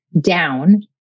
down